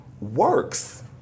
works